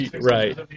Right